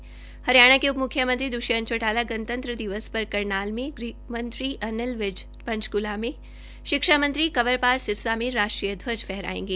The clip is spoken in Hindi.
ध्वज हरियाणा के उप मुख्यमंत्री श्री दुष्यंत चैटाला गणतन्त्र दिवस पर करनाल में गृह मंत्री श्री अनिल विज पंचकूला में शिक्षा मंत्री श्री कंवर पाल सिरसा में राष्ट्रीय ध्वज फहराएंगे